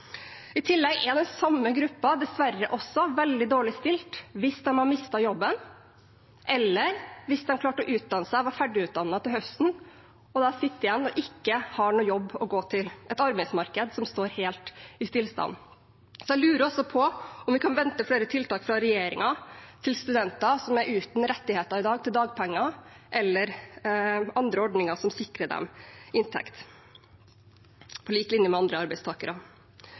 I tillegg er den samme gruppa dessverre også veldig dårlig stilt hvis de har mistet jobben, eller hvis de har klart å utdanne seg og var ferdig utdannet til høsten og sitter igjen og ikke har noen jobb å gå til i et arbeidsmarked som er helt i stillstand. Jeg lurer også på om vi kan vente flere tiltak fra regjeringen til studenter som i dag er uten rettigheter til dagpenger, eller andre ordninger som sikrer dem inntekt på lik linje med andre arbeidstakere.